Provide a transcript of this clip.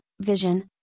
vision